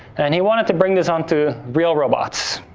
and he wanted to bring this on to real robots.